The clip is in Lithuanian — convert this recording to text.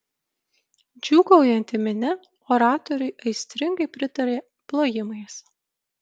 džiūgaujanti minia oratoriui aistringai pritarė plojimais